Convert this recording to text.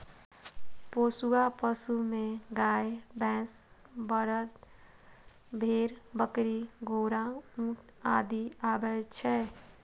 पोसुआ पशु मे गाय, भैंस, बरद, भेड़, बकरी, घोड़ा, ऊंट आदि आबै छै